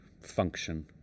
function